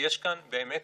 שנותנים יציבות למערכת